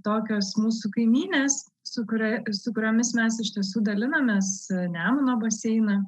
tokios mūsų kaimynės sukuria su kuriomis mes iš tiesų dalinamės nemuno baseiną